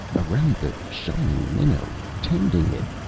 around the shining minnow, tending it,